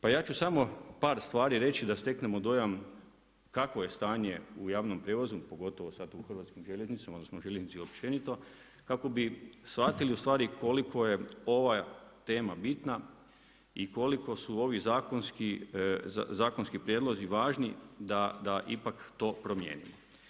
Pa ja ću samo par stvari reći da steknemo dojam kakvo je stanje u javnom prijevozu pogotovo sad u Hrvatskim željeznicama, odnosno željeznici općenito kako bi shvatili u stvari koliko je ova tema bitna i koliko su ovi zakonski prijedlozi važni da ipak to promijenimo.